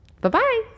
Bye-bye